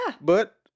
But-